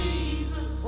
Jesus